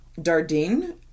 Dardine